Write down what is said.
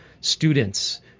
students